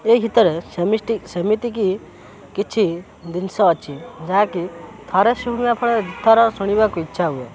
ଏ ଭିତରେ ସେମିଷ୍ଟିକ ସେମିତିକି କିଛି ଜିନିଷ ଅଛି ଯାହାକି ଥରେ ଶୁଣିବା ଫଳରେ ଦୁଇଥର ଶୁଣିବାକୁ ଇଚ୍ଛା ହୁଏ